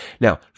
Now